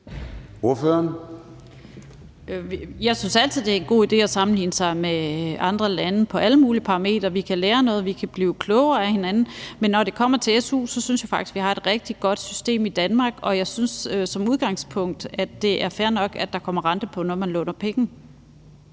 (M): Jeg synes altså, det er en god idé at sammenligne sig med andre lande på alle mulige parametre. Vi kan lære noget, vi kan blive klogere af hinanden. Men når det kommer til su, synes jeg faktisk, at vi har et rigtig godt system i Danmark, og jeg synes som udgangspunkt, at det er fair nok, at der kommer rente på, når man låner penge.